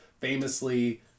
famously